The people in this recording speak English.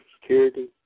Security